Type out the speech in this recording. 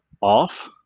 off